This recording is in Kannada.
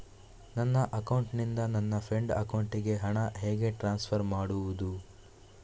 ನನ್ನ ಅಕೌಂಟಿನಿಂದ ನನ್ನ ಫ್ರೆಂಡ್ ಅಕೌಂಟಿಗೆ ಹಣ ಹೇಗೆ ಟ್ರಾನ್ಸ್ಫರ್ ಮಾಡುವುದು?